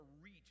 reach